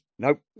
Nope